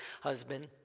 husband